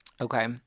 okay